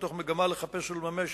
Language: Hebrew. מתוך כוונה לחפש ולממש